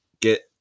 Get